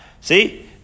See